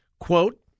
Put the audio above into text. quote